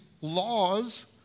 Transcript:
laws